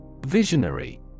VISIONARY